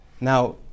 Now